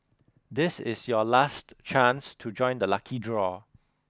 this is your last chance to join the lucky draw